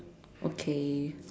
okay